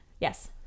Yes